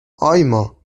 آیما